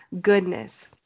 goodness